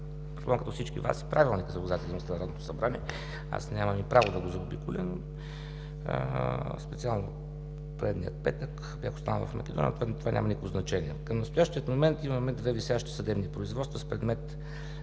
предполагам като всички Вас, Правилника за организацията и дейността на Народното събрание. Аз нямам и право да го заобиколя, но специално предния петък бях останал в Македония, като това няма никакво значение. Към настоящия момент имаме две висящи съдебни производства с предмет: